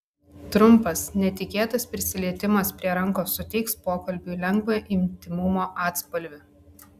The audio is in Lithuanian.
trumpas netikėtas prisilietimas prie rankos suteiks pokalbiui lengvą intymumo atspalvį